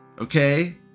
okay